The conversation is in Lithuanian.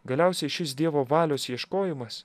galiausiai šis dievo valios ieškojimas